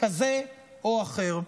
כזה או אחר.